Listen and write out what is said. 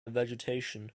vegetation